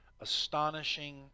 astonishing